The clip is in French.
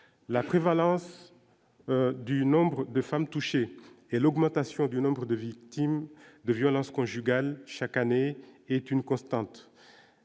la prévalence du nombre de femmes touchés et l'augmentation du nombre de victimes de violences conjugales chaque année est une constante